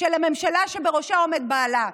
של הממשלה שבראשה עומד בעלה.